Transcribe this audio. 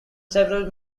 several